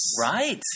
Right